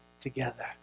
together